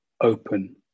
open